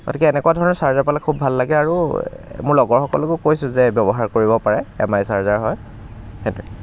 গতিকে এনেকুৱা ধৰণৰ চাৰ্জাৰ পালে খুব ভাল লাগে আৰু মোৰ লগৰ সকলো কৈছোঁ যে ব্যৱহাৰ কৰিব পাৰে এম আই চাৰ্জাৰ হয় সেইটোৱেই